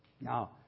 Now